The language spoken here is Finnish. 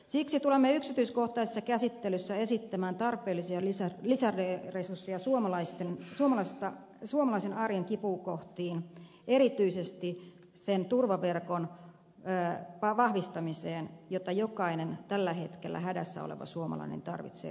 siksi tulemme yksityiskohtaisessa käsittelyssä esittämään tarpeellisia liisa elisa reen reesus ja suomalaisten lisäresursseja suomalaisen arjen kipukohtiin erityisesti sen turvaverkon vahvistamiseen jota jokainen tällä hetkellä hädässä oleva suomalainen tarvitsee